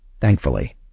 thankfully